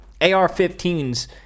ar-15s